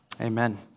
Amen